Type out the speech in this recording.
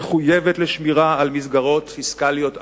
מחויבת לשמירה על מסגרות פיסקליות אחראיות.